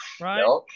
right